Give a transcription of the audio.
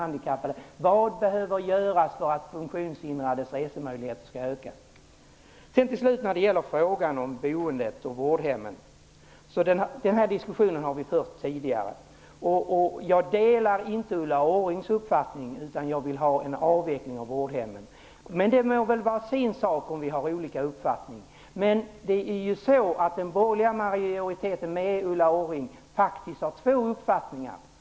Man skall ta reda på vad som behöver göras för att de funktionshindrades resemöjligheter skall öka. Till sist skall jag ta upp frågan om boendet och vårdhemmen. Den diskussionen har vi fört tidigare. Jag delar inte Ulla Orrings uppfattning. Jag vill ha en avveckling av vårdhemmen. Det är en sak att vi har olika uppfattningar, men den borgerliga majoriteten har faktiskt två uppfattningar.